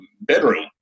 bedroom